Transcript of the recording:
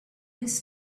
his